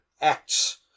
acts